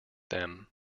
them